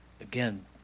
Again